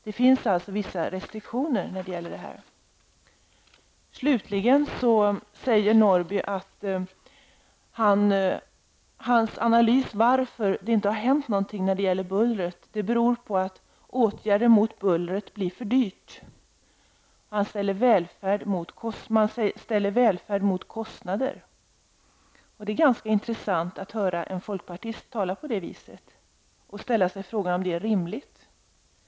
Det finns alltså vissa restriktioner när det gäller flygplansbuller. Sören Norrby sade att hans analys av varför det inte har hänt någonting beträffande buller går ut på att det blir för dyrt. Man ställer välfärd mot kostnader. Det är ganska intressant att höra en folkpartist tala på det viset och ställa sig frågan om detta är rimligt.